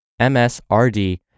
MSRD